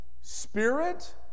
spirit